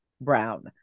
brown